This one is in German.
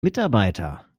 mitarbeiter